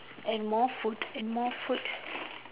and more food and more food